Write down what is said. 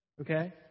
okay